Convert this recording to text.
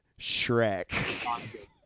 Shrek